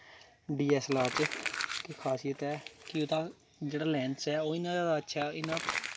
कि D S L R दा कि जेह्ड़ा ओह्दा लैंस ऐ ओह् इन्ना जादा अच्छा ऐ इन्ना जैदा